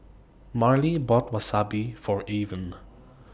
Marlie bought Wasabi For Avon